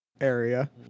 area